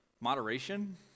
moderation